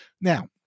Now